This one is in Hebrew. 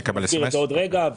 אנחנו נסביר עוד מעט.